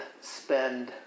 spend